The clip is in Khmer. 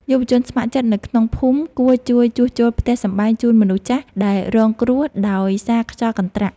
យុវជនស្ម័គ្រចិត្តនៅក្នុងភូមិគួរជួយជួសជុលផ្ទះសម្បែងជូនមនុស្សចាស់ដែលរងគ្រោះដោយសារខ្យល់កន្ត្រាក់។